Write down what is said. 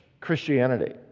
Christianity